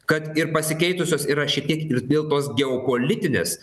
kad ir pasikeitusios yra šiek tiek ir dėl tos geopolitinės